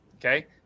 Okay